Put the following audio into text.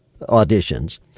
auditions